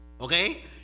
Okay